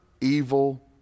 evil